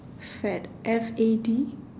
fad F A D